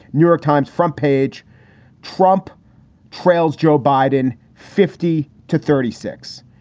new york times front page trump trails joe biden fifty to thirty six.